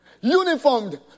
uniformed